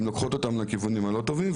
לוקחות אותם לכיוונים לא טובים.